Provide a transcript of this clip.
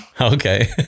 Okay